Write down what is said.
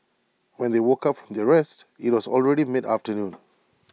when they woke up from their rest IT was already mid afternoon